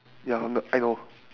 ya I won't I know